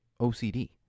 OCD